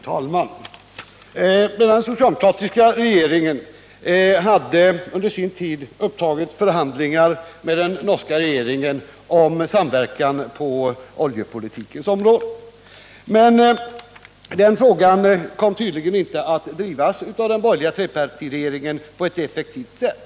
Herr talman! Den socialdemokratiska regeringen hade under sin tid upptagit förhandlingar med den norska regeringen om samverkan på oljepolitikens område. Men den frågan kom tydligen inte att drivas av den borgerliga trepartiregeringen på ett effektivt sätt.